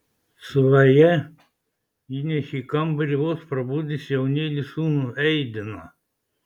svaja įnešė į kambarį vos prabudusį jaunėlį sūnų eidiną